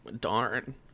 Darn